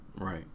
Right